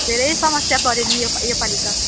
धेरै समस्या पऱ्यो नि यो यसपालि त